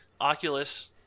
Oculus